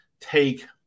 take